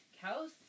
Cows